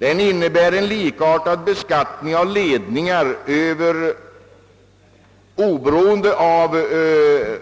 Den innebär en likartad beskattning av ledningar, oberoende av vem som är